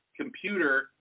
computer